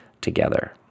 together